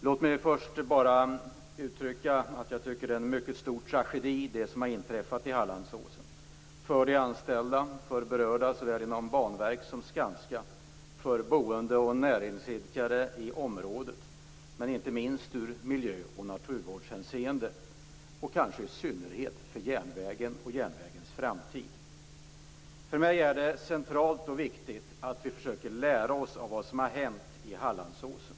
Låt mig först uttrycka att jag tycker att det som har inträffat i Hallandsåsen är en mycket stor tragedi för de anställda och för berörda inom Banverket och Skanska såväl som för boende och näringsidkare i området, inte minst i miljö och naturvårdshänseende, kanske i synnerhet för järnvägen och järnvägens framtid. För mig är det centralt och viktigt att vi försöker att lära oss av vad som har hänt i Hallandsåsen.